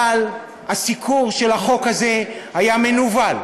אבל הסיקור של החוק הזה היה מנוול,